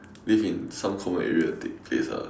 leave in some cold area dead place ah